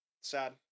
sad